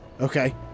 Okay